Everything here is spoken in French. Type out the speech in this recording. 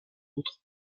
autres